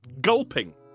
gulping